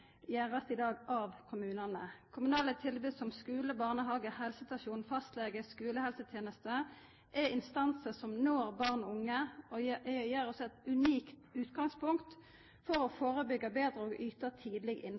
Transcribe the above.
gjøres av kommunene. Kommunale tilbud som skole, barnehage, helsestasjon, fastlege og skolehelsetjeneste er instanser som når alle barn og unge, og gir oss et unikt utgangspunkt for å forebygge bedre og yte tidlig